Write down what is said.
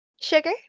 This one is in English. sugar